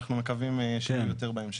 אנחנו מקווים שיהיה יותר בהמשך.